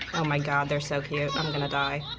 oh my god, they're so cute. i'm gonna die.